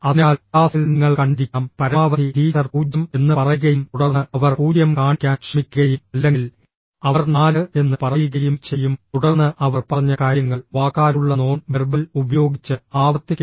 അതിനാൽ ക്ലാസ്സിൽ നിങ്ങൾ കണ്ടിരിക്കാം പരമാവധി ടീച്ചർ 0 എന്ന് പറയുകയും തുടർന്ന് അവർ 0 കാണിക്കാൻ ശ്രമിക്കുകയും അല്ലെങ്കിൽ അവർ 4 എന്ന് പറയുകയും ചെയ്യും തുടർന്ന് അവർ പറഞ്ഞ കാര്യങ്ങൾ വാക്കാലുള്ള നോൺ വെർബൽ ഉപയോഗിച്ച് ആവർത്തിക്കും